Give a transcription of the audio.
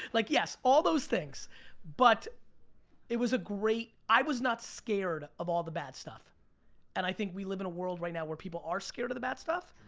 like yes, all those things but it was a great, i was not scared of all the bad stuff and i think we live in a world right now where people are scared of the bad stuff.